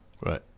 Right